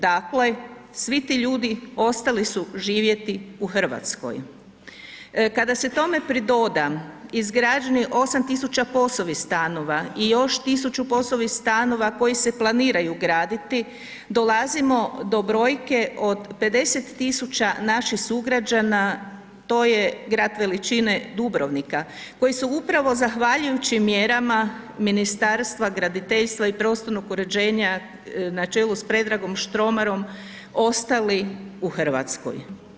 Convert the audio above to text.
Dakle, svi ti ljudi ostali su živjeti u Hrvatskoj. kada se tome pridoda izgrađenih 8.000 POS-ovih stanova i još 1.000 POS-ovih stanova koji se planiraju graditi dolazimo do brojke od 50.000 naših sugrađana to je grad veličine Dubrovnika, koji su upravo zahvaljujući mjerama Ministarstva graditeljstva i prostornog uređenja na čelu s Predragom Štromarom ostali u Hrvatskoj.